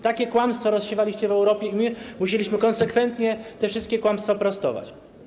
Takie kłamstwa rozsiewaliście w Europie i musieliśmy konsekwentnie te wszystkie kłamstwa prostować.